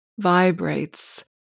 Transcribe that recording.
vibrates